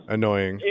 Annoying